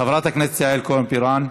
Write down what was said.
חברת הכנסת יעל כהן-פארן.